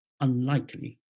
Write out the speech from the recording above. unlikely